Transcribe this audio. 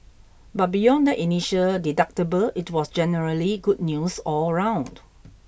but beyond that initial deductible it was generally good news all round